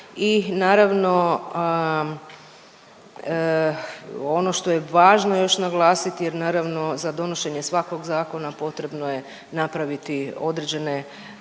I naravno ono što je važno još naglasiti, jer naravno za donošenje svakog zakona potrebno je napraviti određene